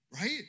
Right